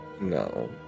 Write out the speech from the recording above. No